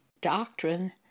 doctrine